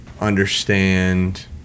understand